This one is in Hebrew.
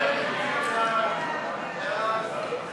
ההסתייגויות